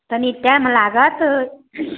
कनि टाइम लागत